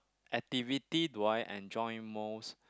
activity do I enjoy most